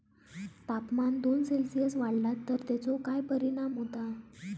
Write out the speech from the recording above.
तापमान दोन सेल्सिअस वाढला तर तेचो काय परिणाम होता?